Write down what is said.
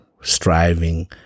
striving